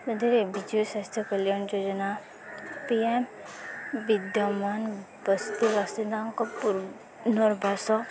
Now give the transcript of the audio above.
ଯେଉଁଥିରେ ବିଜୁ ସ୍ୱାସ୍ଥ୍ୟ କଲ୍ୟାଣ ଯୋଜନା ପି ଏମ୍ ବିଦ୍ୟମାନ ବସ୍ତି ବାସିନ୍ଦାଙ୍କ ପୁର୍ନବାସ